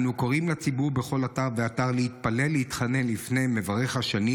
אנו קוראים לציבור בכל אתר ואתר להתפלל ולהתחנן לפני מברך השנים